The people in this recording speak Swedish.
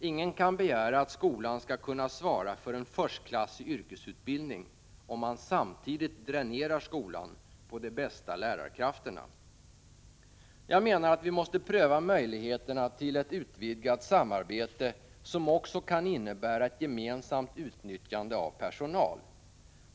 Ingen kan begära att skolan skall kunna svara för en förstklassig yrkesutbildning om skolan samtidigt dräneras på de bästa lärarkrafterna. Vi måste pröva möjligheterna till ett utvidgat samarbete, som också kan innebära gemensamt utnyttjande av personal.